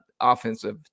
offensive